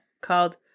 called